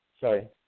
sorry